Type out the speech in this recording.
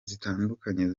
zitandukanye